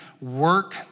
work